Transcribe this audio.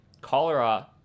cholera